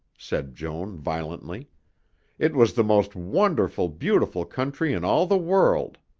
said joan violently it was the most wonderful, beautiful country in all the world.